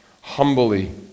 humbly